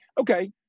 Okay